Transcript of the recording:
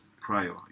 prior